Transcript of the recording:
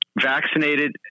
vaccinated